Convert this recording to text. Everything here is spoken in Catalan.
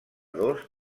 dos